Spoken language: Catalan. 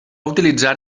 utilitzar